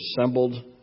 assembled